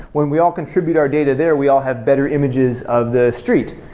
when we all contribute our data there, we all have better images of the street.